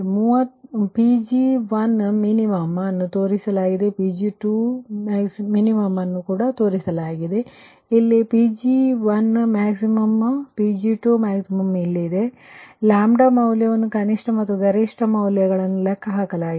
ಮತ್ತು Pg1min ಅನ್ನು ತೋರಿಸಲಾಗಿದೆ Pg2min ಅನ್ನು ಸಹ ತೋರಿಸಲಾಗಿದೆ Pg1max ಇಲ್ಲಿದೆ Pg2max ಇಲ್ಲಿದೆ ಮತ್ತು ಮೌಲ್ಯವನ್ನು ಕನಿಷ್ಟ ಮತ್ತು ಗರಿಷ್ಠ ಮೌಲ್ಯಗಳನ್ನು ಲೆಕ್ಕಹಾಕಲಾಗಿದೆ